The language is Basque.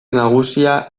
nagusia